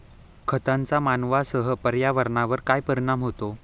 खतांचा मानवांसह पर्यावरणावर काय परिणाम होतो?